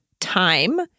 time